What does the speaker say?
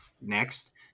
Next